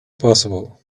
possible